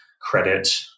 credit